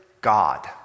God